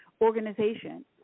organization